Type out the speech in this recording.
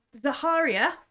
Zaharia